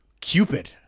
Cupid